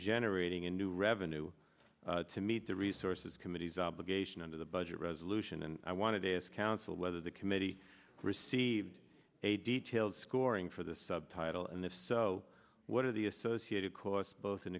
generating in new revenue to meet the resources committee's obligation under the budget resolution and i wanted to ask counsel whether the committee received a detailed scoring for the subtitle and if so what are the associated costs both in